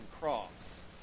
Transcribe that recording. cross